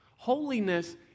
Holiness